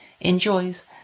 enjoys